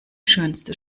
schönste